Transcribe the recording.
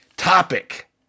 topic